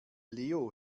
leo